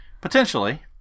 Potentially